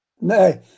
Nay